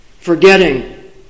Forgetting